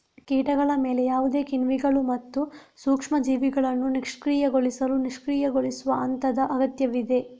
ಕೀಟಗಳ ಮೇಲೆ ಯಾವುದೇ ಕಿಣ್ವಗಳು ಮತ್ತು ಸೂಕ್ಷ್ಮ ಜೀವಿಗಳನ್ನು ನಿಷ್ಕ್ರಿಯಗೊಳಿಸಲು ನಿಷ್ಕ್ರಿಯಗೊಳಿಸುವ ಹಂತದ ಅಗತ್ಯವಿದೆ